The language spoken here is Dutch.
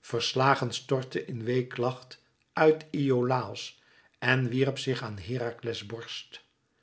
verslagen stortte in weeklacht uit iolàos en wierp zich aan herakles borst